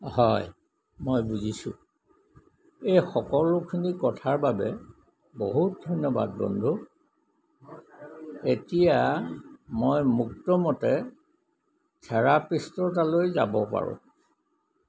হয় মই বুজিছোঁ এই সকলোখিনি কথাৰ বাবে বহুত ধন্যবাদ বন্ধু এতিয়া মই মুক্তমনে থেৰাপিষ্টৰ তালৈ যাব পাৰোঁ